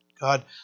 God